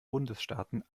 bundesstaaten